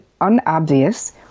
unobvious